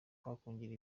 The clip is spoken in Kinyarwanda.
twakongera